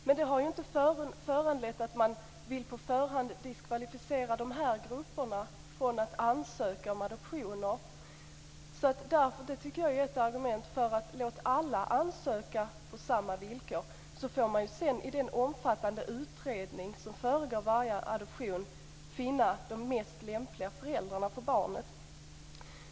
Men det har inte föranlett att man vill på förhand diskvalificera dessa grupper från att ansöka om adoptioner. Jag tycker att det är ett argument för att låta alla ansöka på samma villkor. Sedan får man i den omfattande utredning som föregår varje adoption finna de mest lämpliga föräldrarna för barnet.